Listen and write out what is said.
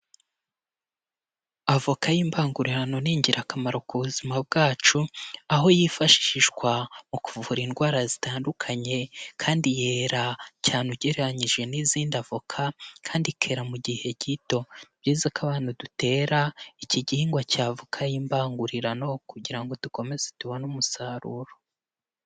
Avoka y'imbangurirano ni ingirakamaro ku buzima bwacu, aho yifashishwa mu kuvura indwara zitandukanye kandi yera cyane ugereranyije n'izindi avoka kandi ikera mu gihe gito, ni byiza ko abantu dutera iki gihingwa cya avoka y'imbangurirano kugira ngo dukomeze tubone umusaruro.